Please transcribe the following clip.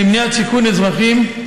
למניעת סיכון אזרחים,